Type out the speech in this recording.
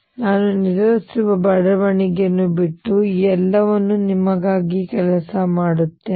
ನಾನು ನಿರ್ಧರಿಸುವ ಬರವಣಿಗೆಯನ್ನು ಬಿಟ್ಟು ಈ ಎಲ್ಲವನ್ನು ನಿಮಗಾಗಿ ಕೆಲಸ ಮಾಡುತ್ತೇನೆ